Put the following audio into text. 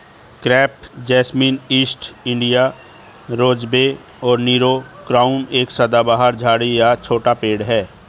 crepe jasmine, east India rosebay और Nero crown एक सदाबहार झाड़ी या छोटा पेड़ है